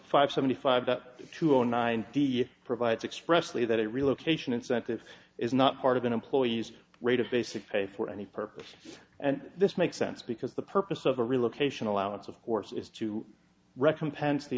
five seventy five two zero nine provides expressly that a relocation incentive is not part of an employee's rate of basic pay for any purpose and this makes sense because the purpose of a relocation allowance of course is to recompense the